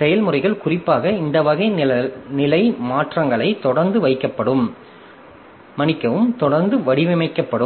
செயல்முறைகள் குறிப்பாக இந்த வகை நிலை மாற்றங்களைத் தொடர்ந்து வடிவமைக்கப்படும்